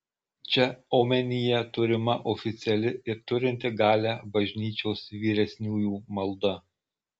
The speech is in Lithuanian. čia omenyje turima oficiali ir turinti galią bažnyčios vyresniųjų malda